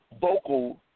vocal